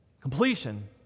Completion